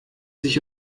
sich